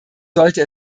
sollte